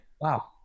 Wow